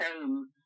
home